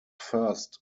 first